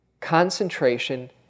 Concentration